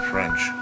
French